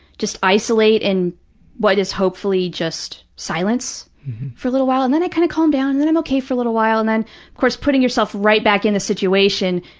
just isolate in what is hopefully just silence for a little while, and then i kind of calm down, and then i'm okay for a little while. and then, of course, putting yourself right back in the situation,